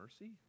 mercy